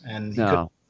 No